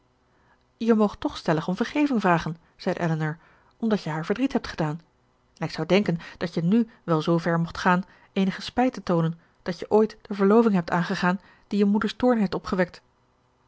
je moogt toch stellig om vergeving vragen zeide elinor omdat je haar verdriet hebt gedaan en ik zou denken dat je nù wel zoo ver mocht gaan eenige spijt te toonen dat je ooit de verloving hebt aangegaan die je moeder's toorn heeft opgewekt